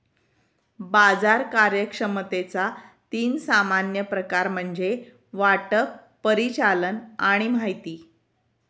बाजार कार्यक्षमतेचा तीन सामान्य प्रकार म्हणजे वाटप, परिचालन आणि माहिती